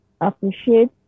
appreciate